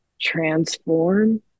transform